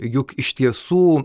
juk iš tiesų